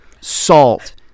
salt